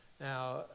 Now